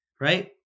right